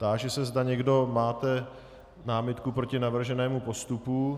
Táži se, zda někdo máte námitku proti navrženému postupu.